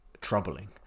troubling